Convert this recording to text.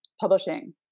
publishing